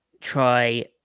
try